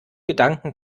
gedanken